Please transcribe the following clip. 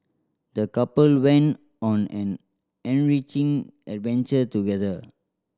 the couple went on an enriching adventure together